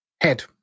Head